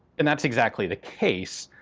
and that's exactly the case.